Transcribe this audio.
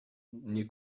nie